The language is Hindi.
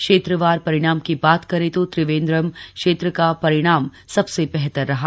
क्षेत्रवार परिणाम की बात करें तो त्रिवेंद्रम क्षेत्र का परिणाम सबसे बेहतर रहा